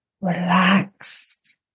relaxed